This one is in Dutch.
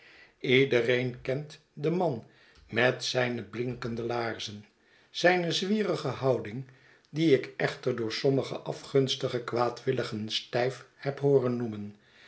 iedereen kent den man met zijne blinkende laarzen zijne zwierige houding die ik echter door sommige afgunstige kwaadwiliigen stijf heb hooren noemen